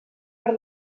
per